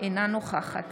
אינה נוכחת